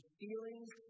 feelings